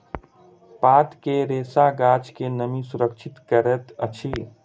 पात के रेशा गाछ के नमी सुरक्षित करैत अछि